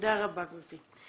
תודה רבה, גברתי.